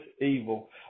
evil